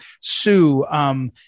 sue –